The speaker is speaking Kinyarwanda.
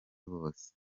bose